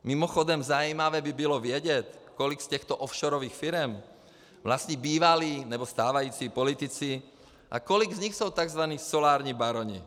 Mimochodem zajímavé by bylo vědět, kolik z těchto offshorových firem vlastní bývalí nebo stávající politici a kolik z nich jsou takzvaní solární baroni.